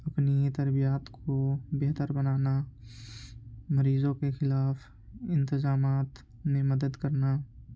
اپنی تربیات کو بہتر بنانا مریضوں کے خلاف انتظامات میں مدد کرنا